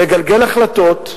מגלגל החלטות,